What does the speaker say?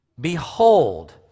behold